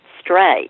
straight